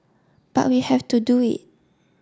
but we have to do it